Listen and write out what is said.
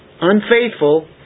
Unfaithful